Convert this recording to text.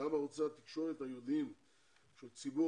גם ערוצי התקשורת הייעודיים של ציבור